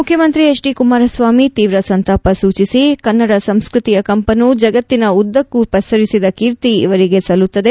ಮುಖ್ಯಮಂತ್ರಿ H D Kumaraswamy ತೀವ್ರ ಸಂತಾಪ ವ್ಯಕ್ತಪಡಿಸಿ ಕನ್ನಡ ಸಂಸ್ಕೃತಿಯ ಕಂಪನ್ನು ಜಗತ್ತಿನ ಉದ್ದಕ್ಕೂ ಪಸರಿಸಿದ ಕೀರ್ತಿ ಇವರಿಗೆ ಸಲ್ಲುತ್ತದೆ